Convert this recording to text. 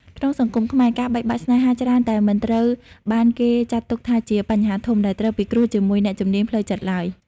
ក្នុងសង្គមខ្មែរ ការបែកបាក់ស្នេហាច្រើនតែមិនត្រូវបានគេចាត់ទុកថាជា "បញ្ហាធំ" ដែលត្រូវពិគ្រោះជាមួយអ្នកជំនាញផ្លូវចិត្តឡើយ។